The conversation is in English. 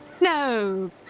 No